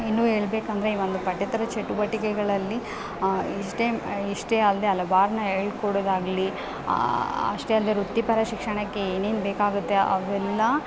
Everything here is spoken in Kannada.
ಇನ್ನೂ ಹೇಳ್ಬೇಕಂದ್ರೆ ಈ ಒಂದು ಪಠ್ಯೇತರ ಚಟುವಟಿಕೆಗಳಲ್ಲಿ ಇಷ್ಟೇ ಇಷ್ಟೇ ಅಲ್ಲದೆ ಹಲ್ವಾರ್ನ ಹೇಳ್ಕೊಡೋದಾಗ್ಲಿ ಅಷ್ಟೇ ಅಲ್ಲದೆ ವೃತ್ತಿಪರ ಶಿಕ್ಷಣಕ್ಕೆ ಏನೇನು ಬೇಕಾಗುತ್ತೆ ಅವೆಲ್ಲ